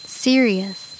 serious